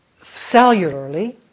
cellularly